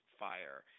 fire